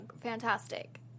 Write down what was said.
Fantastic